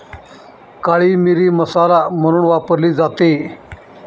काळी मिरी मसाला म्हणून वापरली जाते